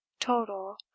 total